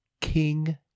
King